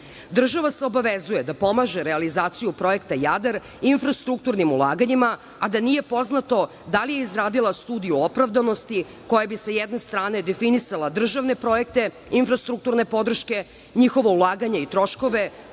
se obavezuje da pomaže realizaciju projekta „Jadar“ infrastrukturnim ulaganjima, a da nije poznato da li je izradila studiju opravdanosti koja bi sa jedne strane definisala državne projekte, infrastrukturne podrške, njihovo ulaganje u troškove,